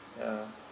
ya